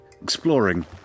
Exploring